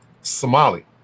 Somali